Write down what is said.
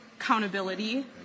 accountability